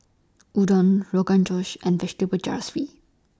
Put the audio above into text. Udon Rogan Josh and Vegetable